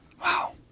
Wow